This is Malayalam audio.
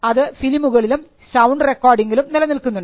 അത് ഫിലിമുകളിലും സൌണ്ട് റെക്കോർഡിങിലും നിലനിൽക്കുന്നുണ്ട്